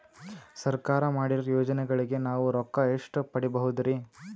ಸರ್ಕಾರ ಮಾಡಿರೋ ಯೋಜನೆಗಳಿಗೆ ನಾವು ರೊಕ್ಕ ಎಷ್ಟು ಪಡೀಬಹುದುರಿ?